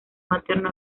materno